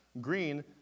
Green